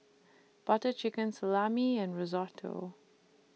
Butter Chicken Salami and Risotto